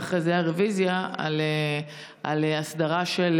ואחרי זה הייתה רוויזיה על הסדרה של